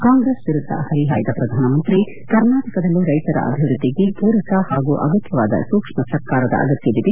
ಕಾಂಗ್ರೆಸ್ ವಿರುದ್ದ ಹರಿಹಾಯ್ದ ಪ್ರಧಾನಮಂತ್ರಿ ಕರ್ನಾಟಕದಲ್ಲೂ ರೈತರ ಅಭಿವೃದ್ದಿಗೆ ಪೂರಕ ಹಾಗೂ ಅಗತ್ವವಾದ ಸೂಕ್ಷ್ಮ ಸರ್ಕಾರದ ಅಗತ್ತವಿದೆ